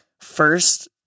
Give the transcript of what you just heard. first